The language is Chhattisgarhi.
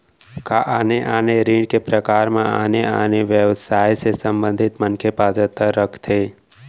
का आने आने ऋण के प्रकार म आने आने व्यवसाय से संबंधित मनखे पात्रता रखथे?